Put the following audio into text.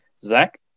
Zach